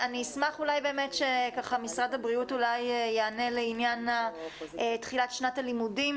אני אשמח שמשרד הבריאות יענה לעניין תחילת שנת הלימודים